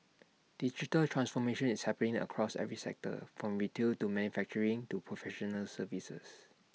digital transformation is happening across every sector from retail to manufacturing to professional services